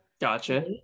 gotcha